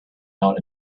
out